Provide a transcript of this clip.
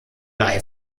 live